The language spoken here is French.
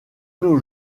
nos